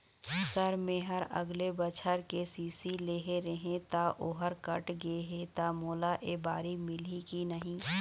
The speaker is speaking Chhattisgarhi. सर मेहर अगले बछर के.सी.सी लेहे रहें ता ओहर कट गे हे ता मोला एबारी मिलही की नहीं?